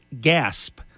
gasp